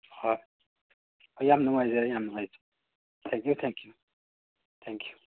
ꯍꯣꯏ ꯌꯥꯝ ꯅꯨꯡꯉꯥꯏꯖꯔꯦ ꯌꯥꯝ ꯅꯨꯡꯉꯥꯏꯖꯔꯦ ꯊꯦꯡꯀ꯭ꯌꯨ ꯊꯦꯡꯀ꯭ꯌꯨ ꯊꯦꯡꯀ꯭ꯌꯨ